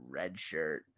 redshirt